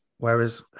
Whereas